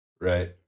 right